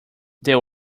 there